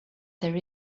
there